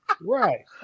Right